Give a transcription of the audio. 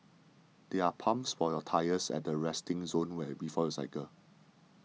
there are pumps for your tyres at the resting zone before you cycle